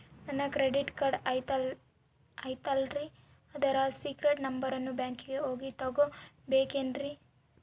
ನನ್ನ credit card ಐತಲ್ರೇ ಅದರ ಸೇಕ್ರೇಟ್ ನಂಬರನ್ನು ಬ್ಯಾಂಕಿಗೆ ಹೋಗಿ ತಗೋಬೇಕಿನ್ರಿ?